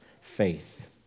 faith